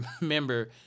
remember